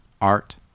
art